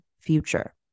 future